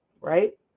right